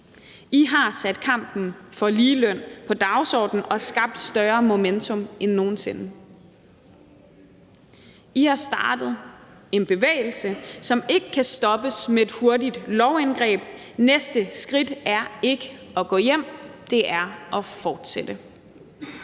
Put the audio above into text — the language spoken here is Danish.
I har sat kampen for ligeløn på dagsordenen og skabt større momentum end nogen sinde. I har startet en bevægelse, som ikke kan stoppes med et hurtigt lovindgreb. Næste skridt er ikke at gå hjem; det er at fortsætte.